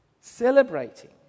Celebrating